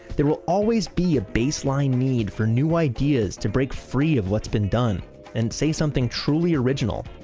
there will always be a baseline need for new ideas to break free of what's been done and say something truly original.